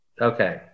Okay